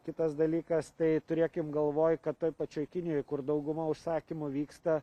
kitas dalykas tai turėkim galvoj kad toj pačioj kinijoj kur dauguma užsakymų vyksta